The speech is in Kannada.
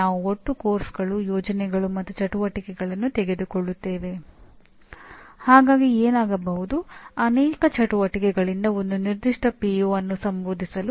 ಇದಕ್ಕಾಗಿ ಒಂದು ಬಾಹ್ಯ ಏಜೆನ್ಸಿಯಿದೆ ಅದು ಮಾನ್ಯತೆಗಳನ್ನು ಯಾವ ಮಾನದಂಡಗಳ ಪ್ರಕಾರ ಮಾಡಬೇಕೆಂದು ವ್ಯಾಖ್ಯಾನಿಸುತ್ತದೆ